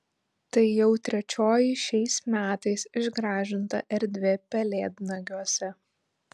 tai jau trečioji šiais metais išgražinta erdvė pelėdnagiuose